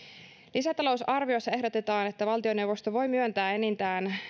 lisätalousarviossa ehdotetaan että valtioneuvosto voi myöntää enintään